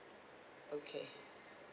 okay